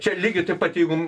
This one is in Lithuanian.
čia lygiai taip pat jeigu